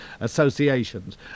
associations